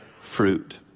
fruit